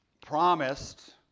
promised